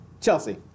Chelsea